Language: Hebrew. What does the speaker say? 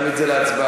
נעמיד את זה להצבעה.